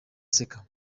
aseka